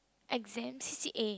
exam c_c_a